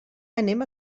anem